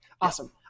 Awesome